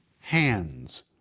hands